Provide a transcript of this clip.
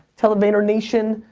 tell the vayner nation,